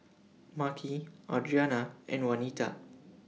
Makhi Audrianna and Wanita